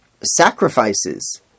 sacrifices